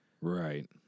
Right